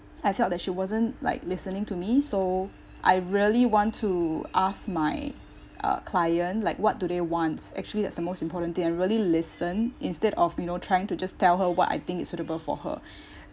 I felt that she wasn't like listening to me so I really want to ask my uh client like what do they want actually that's the most important thing and really listened instead of you know trying to just tell her what I think is suitable for her